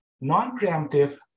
non-preemptive